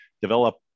develop